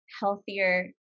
healthier